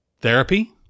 therapy